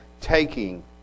taking